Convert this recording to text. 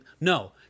No